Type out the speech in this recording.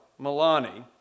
Milani